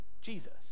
Jesus